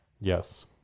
Yes